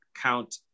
count